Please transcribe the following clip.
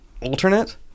alternate